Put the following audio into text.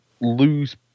lose